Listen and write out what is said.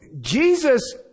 Jesus